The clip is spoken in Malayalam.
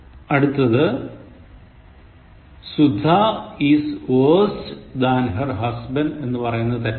അടുത്തത് Sudha is worst than her husband എന്ന് പറയുന്നത് തെറ്റാണ്